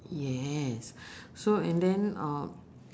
yes so and then uh